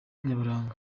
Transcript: nyaburanga